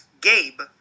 Gabe